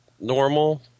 normal